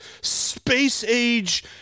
space-age